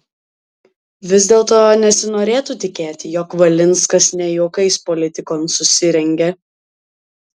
vis dėlto nesinorėtų tikėti jog valinskas ne juokais politikon susirengė